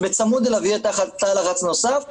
שבצמוד אליו יהיה תא לחץ נוסף,